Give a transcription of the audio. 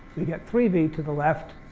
we get three v to the left.